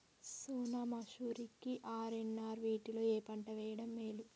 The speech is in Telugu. సోనా మాషురి కి ఆర్.ఎన్.ఆర్ వీటిలో ఏ పంట వెయ్యడం మేలు?